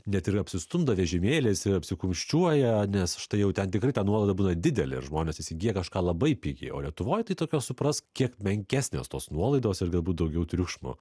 net ir apsistumdo vežimėliais ir apsikumščiuoja nes štai jau ten tikrai ta nuolaida būna didelė ir žmonės įsigyja kažką labai pigiai o lietuvoj tai tokios suprask kiek menkesnės tos nuolaidos ir galbūt daugiau triukšmo